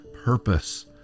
purpose